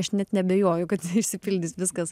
aš net neabejoju kad išsipildys viskas